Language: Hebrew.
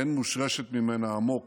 אין מושרשת ממנה עמוק